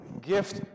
gift